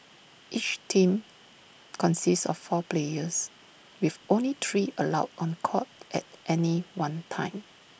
each team consists of four players with only three allowed on court at any one time